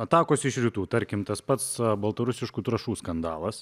atakos iš rytų tarkim tas pats baltarusiškų trąšų skandalas